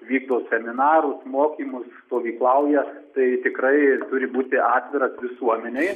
vykdo seminarus mokymus stovyklauja tai tikrai turi būti atviras visuomenei